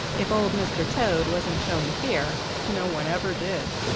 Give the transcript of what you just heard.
if old mr. toad wasn't showing fear, no one ever did.